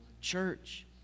church